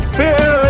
fear